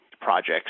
projects